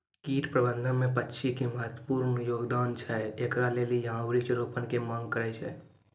कीट प्रबंधन मे पक्षी के महत्वपूर्ण योगदान छैय, इकरे लेली यहाँ वृक्ष रोपण के मांग करेय छैय?